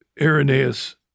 Irenaeus